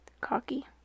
Cocky